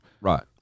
Right